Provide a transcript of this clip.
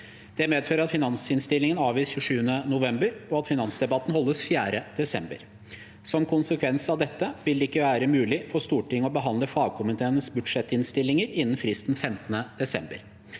Det medfører at finansinnstillingen avgis 27. november, og at finansdebatten holdes 4. desember. Som konsekvens av dette vil det ikke være mulig for Stortinget å behandle fagkomiteenes budsjettinnstillinger innen fristen, som er 15. desember.